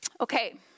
Okay